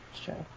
Sure